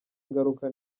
ingaruka